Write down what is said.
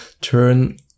turn